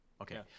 Okay